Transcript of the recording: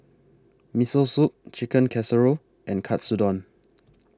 Miso Soup Chicken Casserole and Katsudon